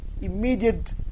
immediate